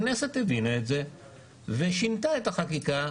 הכנסת הבינה את זה ושינתה את החקיקה,